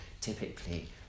typically